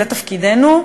זה תפקידנו,